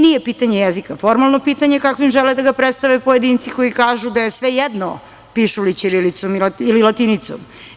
Nije pitanje jezika formalno pitanje, kakvim žele da ga predstave pojedinci koji kažu – da je svejedno pišu li ćirilicom ili latinicom.